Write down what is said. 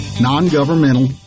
non-governmental